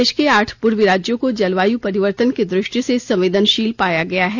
देश के आठ पूर्वी राज्यों को जलवायु परिवर्तन की दृष्टि से संवेदनशील पाया गया है